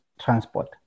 transport